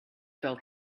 felt